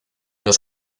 los